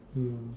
mm